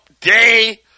day